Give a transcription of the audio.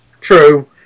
True